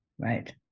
right